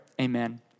amen